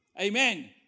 Amen